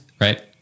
right